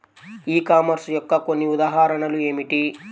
ఈ కామర్స్ యొక్క కొన్ని ఉదాహరణలు ఏమిటి?